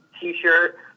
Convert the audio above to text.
t-shirt